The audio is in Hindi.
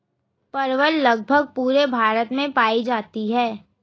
परवल लगभग पूरे भारत में पाई जाती है